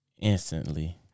Instantly